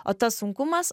o tas sunkumas